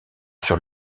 sur